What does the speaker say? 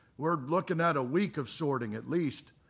we're looking at a week of sorting, at least.